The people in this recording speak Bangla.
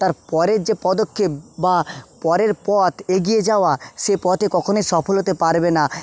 তার পরের যে পদক্ষেপ বা পরের পথ এগিয়ে যাওয়া সে পথে কখনই সফল হতে পারবে না